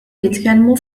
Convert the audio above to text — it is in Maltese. jitkellmu